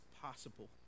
possible